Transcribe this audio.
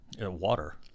water